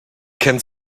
kennt